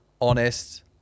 honest